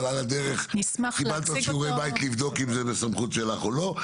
אז על הדרך קיבלת שיעורי בית לבדוק אם זה בסמכות שלך או לא.